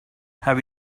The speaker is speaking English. have